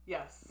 Yes